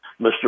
Mr